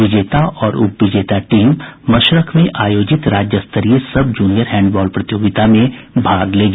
विजेता और उप विजेता टीम मशरख में आयोजित राज्य स्तरीय सब जूनियर हैंडबॉल प्रतियोगिता में भाग लेगी